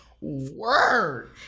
word